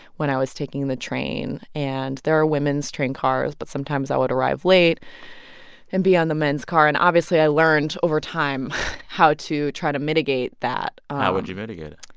when i was taking the train. and there are women's train cars, but sometimes i would arrive late and be on the men's car. and obviously i learned over time how to try to mitigate that how ah would you mitigate it?